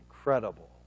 incredible